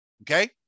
okay